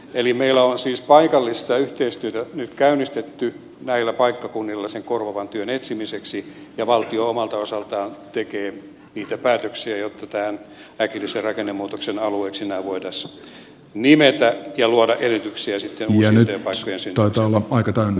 eli meillä on siis paikallista yhteistyötä nyt käynnistetty näillä paikkakunnilla sen korvaavan työn etsimiseksi ja valtio omalta osaltaan tekee niitä päätöksiä jotta nämä voitaisiin äkillisen rakennemuutoksen alueiksi nimetä ja luoda edellytyksiä sitten uusien paikkojen syntymiseen